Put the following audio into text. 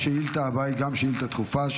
השאילתה הבאה גם היא שאילתה דחופה,